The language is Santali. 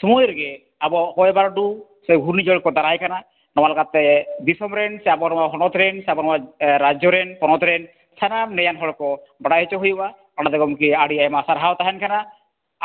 ᱥᱩᱢᱟᱹᱭ ᱨᱮᱜᱮ ᱟᱵᱚ ᱦᱚᱭ ᱵᱟᱹᱨᱰᱩ ᱥᱮ ᱜᱷᱩᱨᱱᱤ ᱡᱷᱚᱲ ᱠᱚ ᱫᱟᱨᱟᱭ ᱠᱟᱱᱟ ᱱᱚᱣᱟ ᱞᱮᱠᱟᱛᱮ ᱫᱤᱥᱚᱢ ᱨᱮᱱ ᱥᱮ ᱟᱵᱚ ᱱᱚᱣᱟ ᱦᱚᱱᱚᱛ ᱨᱮᱱ ᱥᱮ ᱟᱵᱚ ᱱᱚᱣᱟ ᱨᱟᱡᱽᱡᱚ ᱨᱮᱱ ᱯᱚᱱᱚᱛ ᱨᱮᱱ ᱥᱟᱱᱟᱢ ᱱᱮᱭᱟᱱ ᱦᱚᱲ ᱠᱚ ᱵᱟᱰᱟᱭ ᱦᱚᱪᱚ ᱦᱩᱭᱩᱜᱼᱟ ᱚᱱᱟᱛᱮ ᱜᱚᱝᱠᱮ ᱟᱹᱰᱤ ᱟᱭᱢᱟ ᱥᱟᱨᱦᱟᱣ ᱛᱟᱦᱮᱱ ᱠᱟᱱᱟ